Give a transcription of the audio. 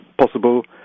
possible